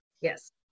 Yes